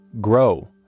grow